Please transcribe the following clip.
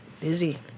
Busy